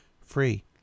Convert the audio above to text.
free